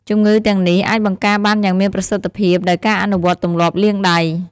ជំងឺទាំងនេះ អាចបង្ការបានយ៉ាងមានប្រសិទ្ធភាពដោយការអនុវត្តទម្លាប់លាងដៃ។